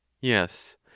YES